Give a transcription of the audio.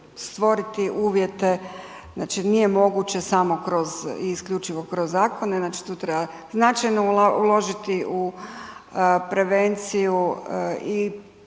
stvoriti uvjete, znači nije moguće samo kroz i isključivo kroz zakone, znači tu treba značajno uložiti u prevenciju i,